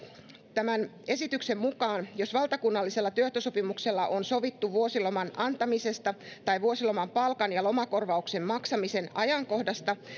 tämän esityksen mukaan on mahdollista jos valtakunnallisella työehtosopimuksella on sovittu vuosiloman antamisesta tai vuosiloman palkan ja lomakorvauksen maksamisen ajankohdasta